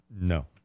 No